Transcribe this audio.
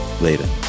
Later